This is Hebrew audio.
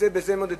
ולפי זה מודדים.